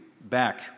back